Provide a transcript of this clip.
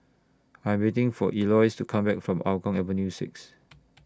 I'm waiting For Eloise to Come Back from Hougang Avenue six